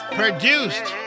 produced